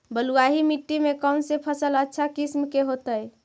बलुआही मिट्टी में कौन से फसल अच्छा किस्म के होतै?